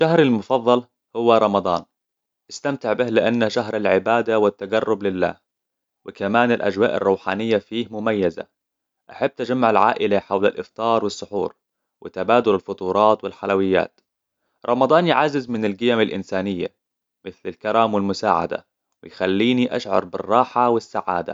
شهري المفضل هو رمضان استمتع به لأنه شهر العبادة والتقرب لله وكمان الأجواء الروحانية فيه مميزة أحب تجمع العائلة حول الإفطار والسحور وتبادل الفطورات والحلويات رمضان يعزز من القيم الإنسانية مثل الكرم والمساعدة يخليني أشعر بالراحة والسعادة